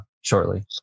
shortly